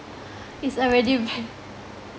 it's already